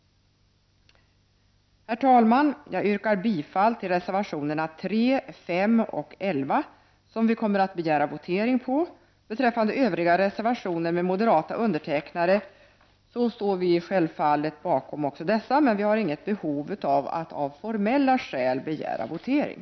Herr talman! Jag yrkar bifall till reservationerna 3, 5 och 11, som vi kommer att begära votering till förmån för. Självfallet står vi även bakom övriga reservationer med moderata undertecknare, men vi har inget behov av att av formella skäl begära votering.